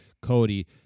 Cody